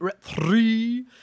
three